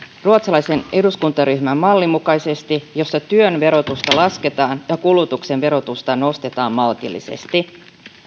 ruotsalaisen eduskuntaryhmän mallin mukaisesti jossa työn verotusta lasketaan ja kulutuksen verotusta nostetaan maltillisesti